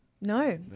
No